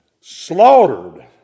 slaughtered